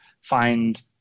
find